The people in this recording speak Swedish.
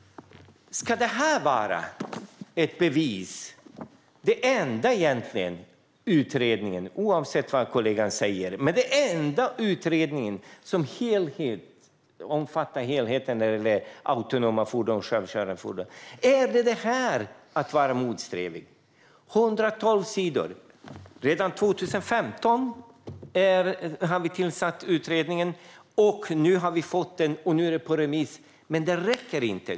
Är denna utredning beviset? Det är den enda utredningen - oavsett vad kollegan säger - som helt omfattar frågan om autonoma fordon och självkörande fordon. Är denna utredning att vara motsträvig? 1 200 sidor. Redan 2015 tillsattes utredningen. Nu har vi fått den, och den har gått ut på remiss. Men det räcker inte.